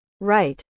Right